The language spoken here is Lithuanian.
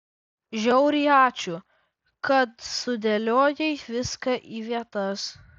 žiauriai ačiū kad sudėliojai viską į vietas